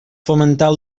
fomentar